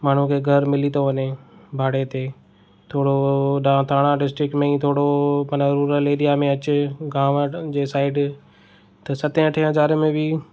माण्हूअ खे घरु मिली थो वञे भाड़े ते थोरो थाणा डिस्ट्रिक्ट में ई थोरो माना रुरल एरीया में अची गांव जे साइड त सतें अठें हज़ार में बि